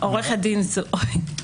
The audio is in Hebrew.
עורכת הדין מרב,